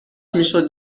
میشد